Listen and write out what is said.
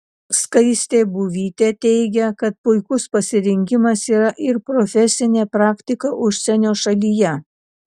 skaistė buivytė teigia kad puikus pasirinkimas yra ir profesinė praktika užsienio šalyje